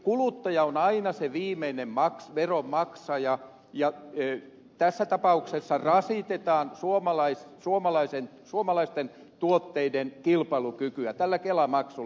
kuluttaja on aina se viimeinen veronmaksaja ja tässä tapauksessa rasitetaan suomalaisten tuotteiden kilpailukykyä tällä kelamaksulla